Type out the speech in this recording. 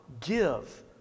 Give